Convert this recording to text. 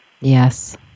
Yes